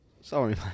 Sorry